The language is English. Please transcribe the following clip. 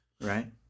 Right